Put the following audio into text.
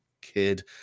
kid